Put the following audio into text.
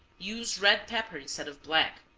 use red pepper instead of black,